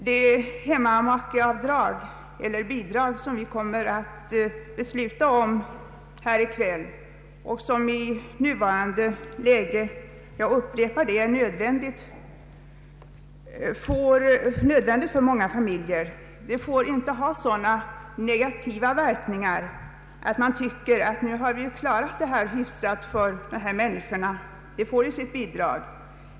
Det hemmamakeavdrag eller bidrag som vi skall besluta om i kväll och som — jag upprepar det — är nödvändigt för många familjer får inte resultera i sådana negativa verkningar att man tycker sig ha klarat av problemet för de här människorna i och med att de får sitt bidrag.